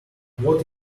what